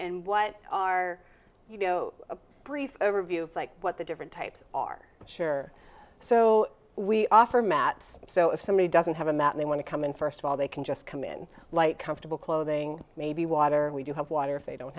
and what are you know a brief overview of like what the different types are which are so we offer maps so if somebody doesn't have a map they want to come in first of all they can just come in light comfortable clothing maybe water we do have water if they don't